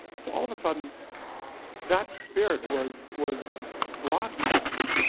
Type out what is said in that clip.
so all of sudden that spirit was was broadcast,